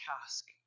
task